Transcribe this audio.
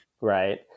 Right